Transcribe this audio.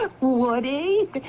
Woody